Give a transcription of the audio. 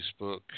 Facebook